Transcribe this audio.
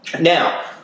Now